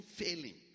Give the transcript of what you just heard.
failing